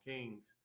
Kings